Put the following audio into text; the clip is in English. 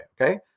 Okay